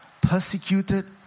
persecuted